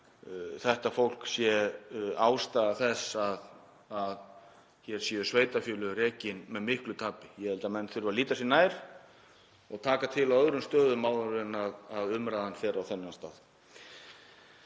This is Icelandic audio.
þetta fólk sé ástæða þess að hér séu sveitarfélögin rekin með miklu tapi. Ég held að menn þurfi að líta sér nær og taka til á öðrum stöðum áður en umræðan fer á þennan stað.